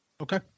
Okay